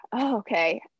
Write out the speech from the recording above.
okay